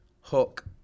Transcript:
Hook